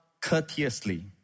courteously